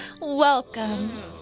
welcome